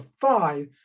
five